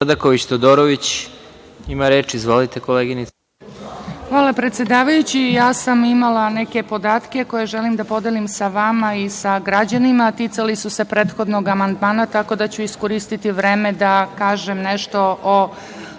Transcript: Mrdaković Todorović. **Ljubica Mrdaković Todorović** Hvala predsedavajući. Ja sam imala neke podatke koje želim da podelim sa vama i sa građanima, a ticali su prethodnog amandmana, tako da ću iskoristiti vreme da kažem nešto o